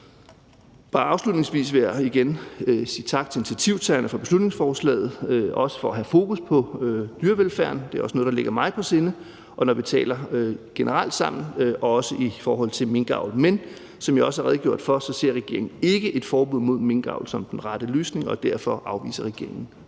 Afslutningsvis vil jeg igen sige tak til initiativtagerne for beslutningsforslaget og for at have fokus på dyrevelfærden. Det er noget, der også generelt ligger mig på sinde, og det gælder også i forhold til minkavl. Men som jeg også har redegjort for, ser regeringen ikke et forbud mod minkavl som den rette løsning, og derfor afviser regeringen